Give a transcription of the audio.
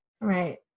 Right